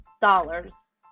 dollars